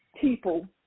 people